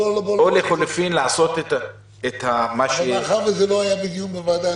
או לחילופין לעשות --- מאחר שלא היה דיון בוועדה,